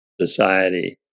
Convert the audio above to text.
society